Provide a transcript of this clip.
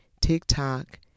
TikTok